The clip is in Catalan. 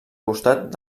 costat